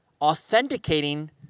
authenticating